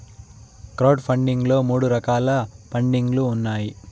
crowd funding లో మూడు రకాల పండింగ్ లు ఉన్నాయి